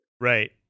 Right